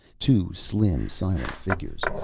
two slim, silent figures,